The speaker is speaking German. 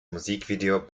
musikvideo